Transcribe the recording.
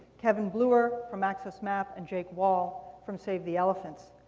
kevin bluer from access map and jake wall from save the elephants.